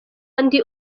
ndi